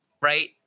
right